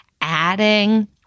adding